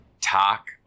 Talk